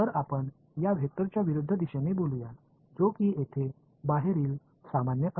எனவே இந்த வெக்டர் நேர்மாறாக இங்கே அழைப்போம் அது இங்கே வெளிப்புற இயல்பானது